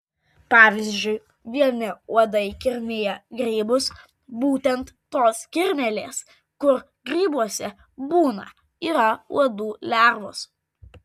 pavyzdžiui vieni uodai kirmija grybus būtent tos kirmėlės kur grybuose būna yra uodų lervos